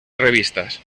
revistas